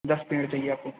दस पेड़ चाहिए आपको